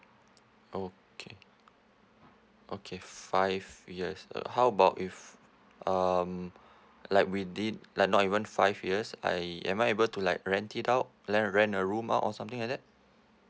okay okay five years uh how about if um like we did like not even five years I am I able to like rent it out rent rent a room out or something like that